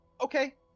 Okay